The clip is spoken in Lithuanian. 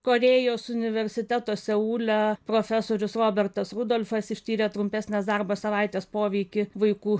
korėjos universiteto seule profesorius robertas rudolfas ištyrė trumpesnės darbo savaitės poveikį vaikų